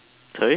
sorry